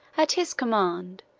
at his command,